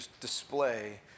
display